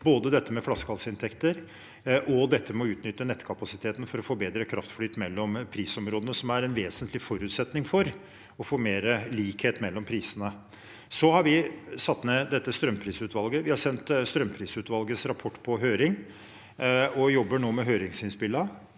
både flaskehalsinntekter og å utnytte nettkapasiteten for å få bedre kraftflyt mellom prisområdene, som er en vesentlig forutsetning for å få mer likhet mellom prisene. Vi har satt ned strømprisutvalget. Vi har sendt strømprisutvalgets rapport på høring og jobber nå med høringsinnspillene.